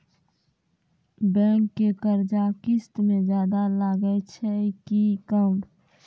Bank के कर्जा किस्त मे ज्यादा लागै छै कि कम?